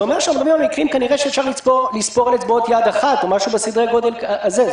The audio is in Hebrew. זה אומר שכנראה אפשר לספור על אצבעות יד אחת או משהו בסדרי גודל כזה.